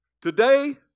Today